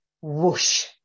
whoosh